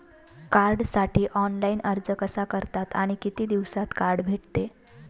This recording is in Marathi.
कार्डसाठी ऑनलाइन अर्ज कसा करतात आणि किती दिवसांत कार्ड भेटते?